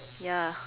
ya